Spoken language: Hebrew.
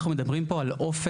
אנחנו מדברים פה על אופן,